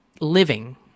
living